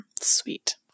Sweet